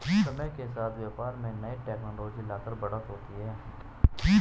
समय के साथ व्यापार में नई टेक्नोलॉजी लाकर बढ़त होती है